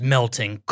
Melting